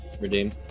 redeem